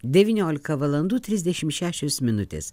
devyniolika valandų trisdešim šešios minutės